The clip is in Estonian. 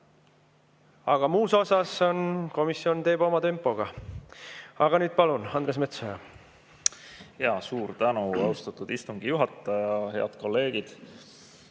Aga muus osas komisjon teeb oma tempoga. Aga nüüd, palun, Andres Metsoja! Suur tänu, austatud istungi juhataja! Head kolleegid!